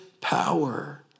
power